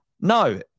No